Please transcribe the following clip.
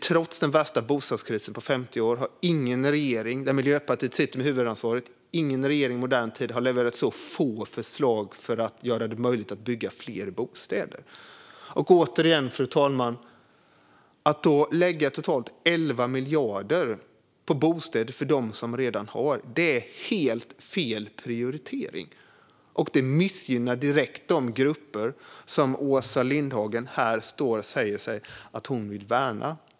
Trots den värsta bostadskrisen på 50 år har ingen regering i modern tid levererat så få förslag för att göra det möjligt att bygga fler bostäder som denna, där Miljöpartiet sitter med huvudansvaret för detta. Varför? Återigen, fru talman: Att lägga totalt 11 miljarder på bostäder för dem som redan har är att göra helt fel prioritering. Det missgynnar precis de grupper Åsa Lindhagen här står och säger sig vilja värna.